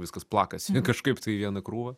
viskas plakasi kažkaip tai į vieną krūvą